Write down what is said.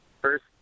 first